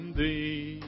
thee